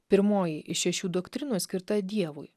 pirmoji iš šešių doktrinų skirta dievui